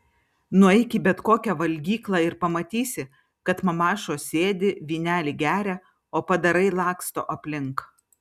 nueik į bet kokią valgyklą ir pamatysi kad mamašos sėdi vynelį geria o padarai laksto aplink